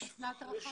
ירדו.